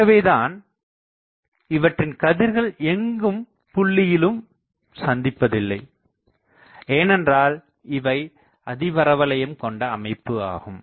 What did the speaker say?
ஆகவே தான் இவற்றின் கதிர்கள் எங்கும் புள்ளியிலும் சந்திப்பதில்லை ஏனென்றால் இவை அதிபரவளையம் கொண்ட அமைப்பு ஆகும்